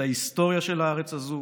את ההיסטוריה של הארץ הזאת